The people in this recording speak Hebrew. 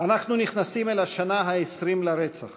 אנחנו נכנסים אל השנה ה-20 לרצח